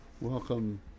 welcome